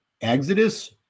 Exodus